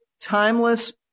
timeless